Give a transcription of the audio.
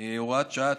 (הוראת שעה),